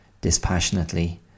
dispassionately